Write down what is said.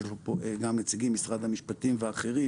יש פה גם נציגים ממשרד המשפטים ואחרים.